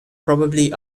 probably